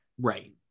Right